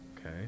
okay